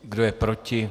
Kdo je proti?